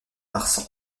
marsan